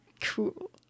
Cool